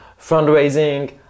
fundraising